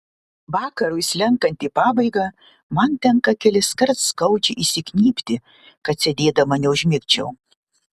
vakarui slenkant į pabaigą man tenka keliskart skaudžiai įsignybti kad sėdėdama neužmigčiau